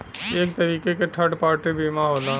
एक तरीके क थर्ड पार्टी बीमा होला